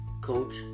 coach